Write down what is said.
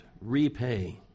Repay